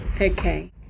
Okay